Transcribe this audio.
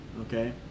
Okay